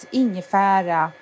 ingefära